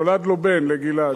נולד לו בן, לגלעד.